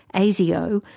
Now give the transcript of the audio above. asio,